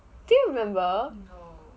do you remember